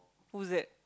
who's that